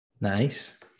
Nice